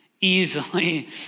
easily